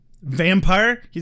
Vampire